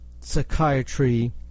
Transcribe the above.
psychiatry